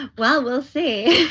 well, we'll see.